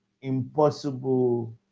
impossible